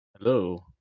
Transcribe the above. Hello